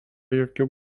jokių